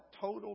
total